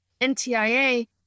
NTIA